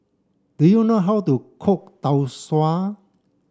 do you know how to cook Tau Suan